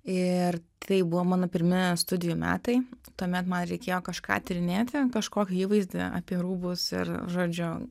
ir tai buvo mano pirmi studijų metai tuomet man reikėjo kažką tyrinėti kažkokį įvaizdį apie rūbus ir žodžiu